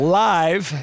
live